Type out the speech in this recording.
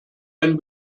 ein